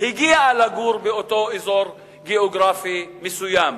הגיעה לגור באותו אזור גיאוגרפי מסוים.